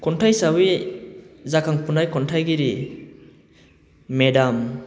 खन्थाइ हिसाबै जाखांफुनाय खन्थाइगिरि मेदाम